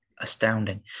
astounding